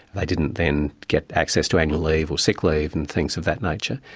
they didn't then get access to annual leave or sick leave and things of that nature.